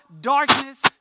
darkness